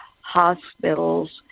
hospitals